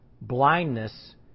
blindness